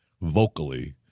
vocally